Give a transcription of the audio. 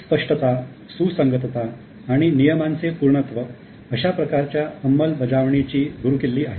स्पष्टता सुसंगतता आणि नियमांचे पूर्णत्व अशा प्रकारच्या अंमलबजावणीची गुरुकिल्ली आहे